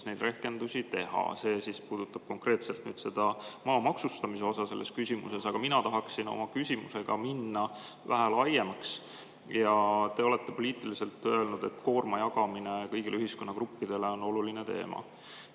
neid rehkendusi teha. See puudutab konkreetselt seda maa maksustamise osa selles küsimuses. Aga mina tahaksin oma küsimusega minna vähe laiemaks. Te olete poliitiliselt öelnud, et koorma jagamine kõigile ühiskonnagruppidele on oluline teema.